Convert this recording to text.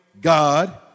God